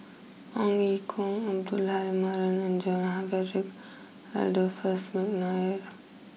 Ong Ye Kung Abdul Halim Haron and John Frederick Adolphus McNair